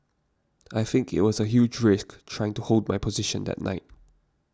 I think it was a huge risk trying to hold my position that night